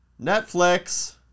Netflix